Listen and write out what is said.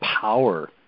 power